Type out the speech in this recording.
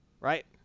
Right